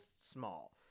small